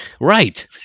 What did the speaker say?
Right